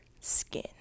skin